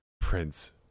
Prince